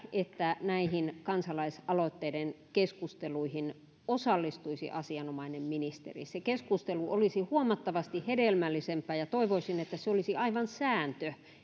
että näihin kansalaisaloitteiden keskusteluihin osallistuisi asianomainen ministeri se keskustelu olisi huomattavasti hedelmällisempää toivoisin että se olisi aivan sääntö